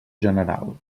general